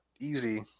easy